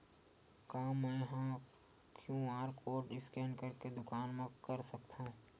का मैं ह क्यू.आर कोड स्कैन करके दुकान मा कर सकथव?